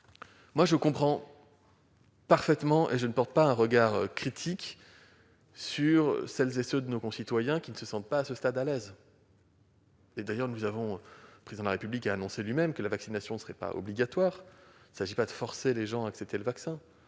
pas. Je dirai simplement que je ne porte pas un regard critique sur ceux de nos concitoyens qui ne se sentent pas à ce stade à l'aise concernant le vaccin. D'ailleurs, le Président de la République a annoncé lui-même que la vaccination ne serait pas obligatoire. Il ne s'agit pas de forcer les gens à accepter le vaccin